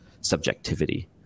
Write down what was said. subjectivity